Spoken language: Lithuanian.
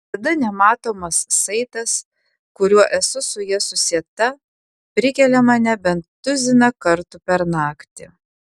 tada nematomas saitas kuriuo esu su ja susieta prikelia mane bent tuziną kartų per naktį